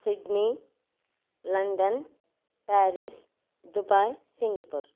Sydney London Paris Dubai Singapore